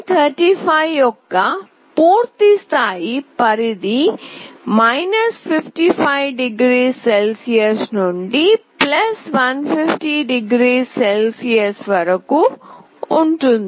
LM35 యొక్క పూర్తి స్థాయి పరిధి 55 0 c నుండి 150 0 c వరకు ఉంటుంది